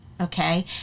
okay